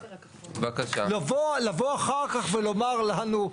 לבוא אחר כך ולומר לנו,